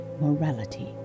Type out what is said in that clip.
morality